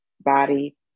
body